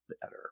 better